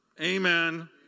Amen